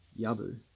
Yabu